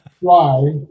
fly